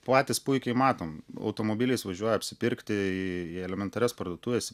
patys puikiai matom automobiliais važiuoja apsipirkti į elementarias parduotuves